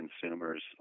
consumers